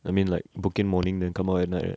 I mean like book in morning then come out at night right